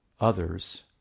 others